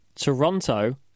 Toronto